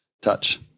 touch